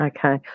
Okay